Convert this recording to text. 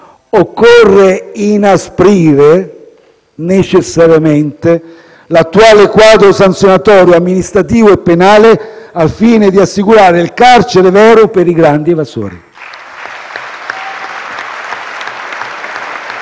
occorre inasprire necessariamente l'attuale quadro sanzionatorio amministrativo e penale, al fine di assicurare il carcere vero per i grandi evasori.